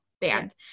band